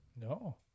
No